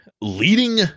leading